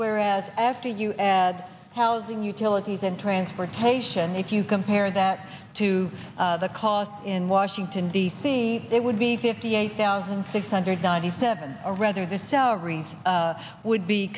whereas after you add housing utilities and transportation if you compare that to the costs in washington d c it would be fifty eight thousand six hundred ninety seven or rather the salaries would be